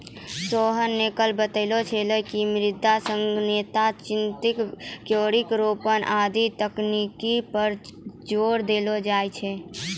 सोहन न कल बताय छेलै कि मृदा सघनता, चिजल, क्यारी रोपन आदि तकनीक पर जोर देलो जाय छै